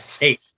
eight